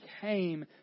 came